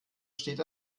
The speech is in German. steht